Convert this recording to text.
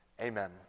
Amen